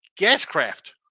Gascraft